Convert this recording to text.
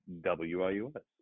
W-I-U-S